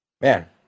man